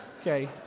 okay